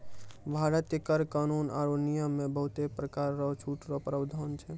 भारतीय कर कानून आरो नियम मे बहुते परकार रो छूट रो प्रावधान छै